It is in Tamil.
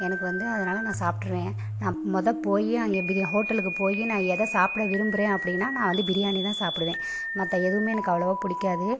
எனக்கு வந்து அதனால் நான் சாப்பிட்டுருவேன் நான் மொதல் போய் அங்கே பிரி ஹோட்டலுக்கு போய் நான் எதை சாப்பிட விரும்புகிறேன் அப்படின்னா நான் வந்து பிரியாணி தான் சாப்பிடுவேன் மற்ற எதுவுமே எனக்கு அவ்வளவாக பிடிக்காது